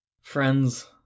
Friends